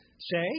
say